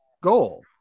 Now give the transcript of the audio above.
goal